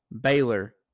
Baylor